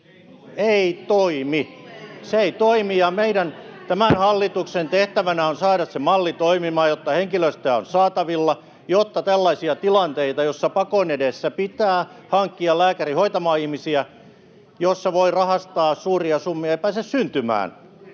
Se ei toimi, ja tämän hallituksen tehtävänä on saada se malli toimimaan, jotta henkilöstöä on saatavilla, jotta tällaisia tilanteita, joissa pakon edessä pitää hankkia lääkäri hoitamaan ihmisiä ja joissa voi rahastaa suuria summia, ei pääse syntymään.